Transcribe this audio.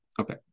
Okay